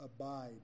abide